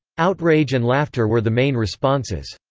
outrage and laughter were the main responses.